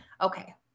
Okay